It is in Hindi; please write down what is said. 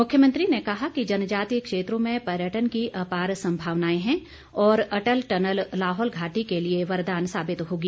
मुख्यमंत्री ने कहा कि जनजातीय क्षेत्रों में पर्यटन की अपार संभावनाएं हैं और अटल टनल लाहौल घाटी के लिए वरदान साबित होगी